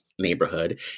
neighborhood